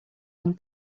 one